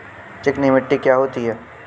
चिकनी मिट्टी क्या होती है?